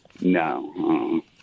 No